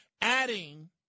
adding